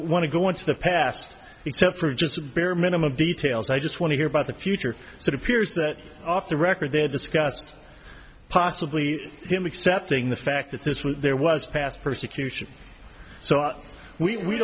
want to go into the past except for just bare minimum details i just want to hear about the future so it appears that off the record they had discussed possibly him accepting the fact that this was there was past persecution so are we